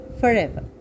forever